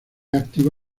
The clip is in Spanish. activa